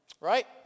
Right